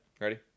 Ready